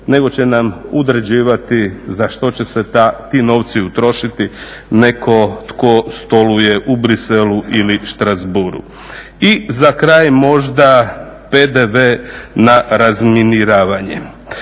nego će nam određivati za što će se ti novci utrošiti neko tko stoluje u Bruxellesu ili Strasbourgu. I za kraj, možda PDV na razminiravanje.